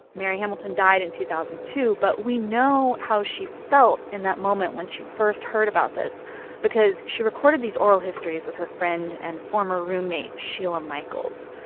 mary hamilton died in two thousand and two, but we know how she felt in that moment when she first heard about this because she recorded these oral histories with her friend and former roommate, sheila michaels.